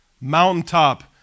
mountaintop